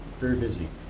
very busy.